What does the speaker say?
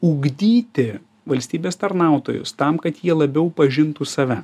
ugdyti valstybės tarnautojus tam kad jie labiau pažintų save